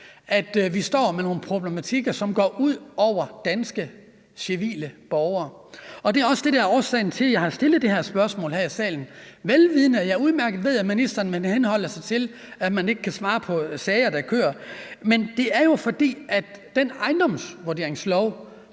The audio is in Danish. at vi står med nogle problematikker, som går ud over danske borgere. Det er også det, der er årsagen til, at jeg har stillet det her spørgsmål her i salen, velvidende at ministeren henholder sig til, at man ikke kan svare i forhold til sager, der kører. Men det er jo, fordi den ejendomsvurderingslov